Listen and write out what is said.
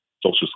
social